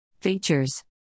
Features